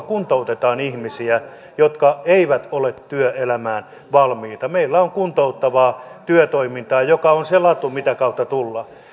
kuntoutetaan ihmisiä jotka eivät ole työelämään valmiita meillä on kuntouttavaa työtoimintaa joka on se latu mitä kautta tullaan